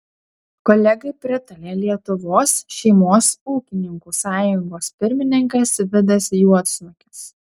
kolegai pritarė lietuvos šeimos ūkininkų sąjungos pirmininkas vidas juodsnukis